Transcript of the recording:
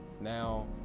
now